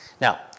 Now